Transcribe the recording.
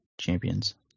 champions